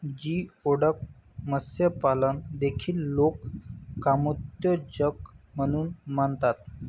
geoduck मत्स्यपालन देखील लोक कामोत्तेजक म्हणून मानतात